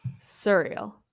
surreal